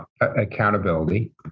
accountability